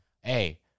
hey